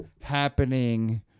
happening